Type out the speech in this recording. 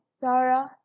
sarah